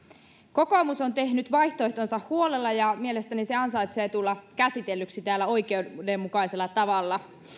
kokoomus on tehnyt vaihtoehtonsa huolella ja mielestäni se ansaitsee tulla käsitellyksi täällä oikeudenmukaisella tavalla